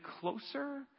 closer